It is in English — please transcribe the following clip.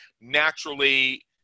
naturally